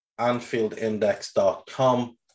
AnfieldIndex.com